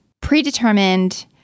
predetermined